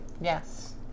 Yes